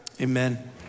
Amen